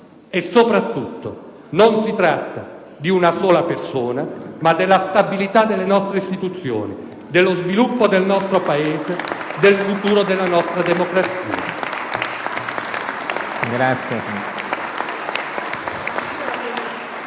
Soprattutto, non si tratta di una sola persona, ma della stabilità delle nostre istituzioni, dello sviluppo del nostro Paese, del futuro della nostra democrazia.